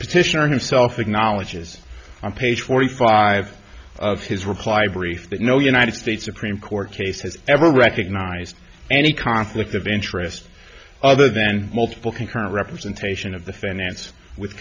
petitioner himself acknowledges on page forty five of his reply brief that no united states supreme court case has ever recognised any conflict of interest other than multiple concurrent representation of the finance with